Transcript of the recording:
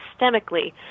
systemically